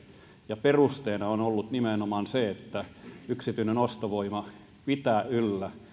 ja perusteena on ollut nimenomaan se että yksityinen ostovoima pitää yllä